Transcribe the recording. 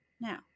Now